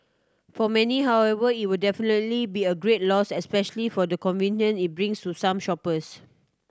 for many however it'll definitely be a great loss especially for the convenience it brings to some shoppers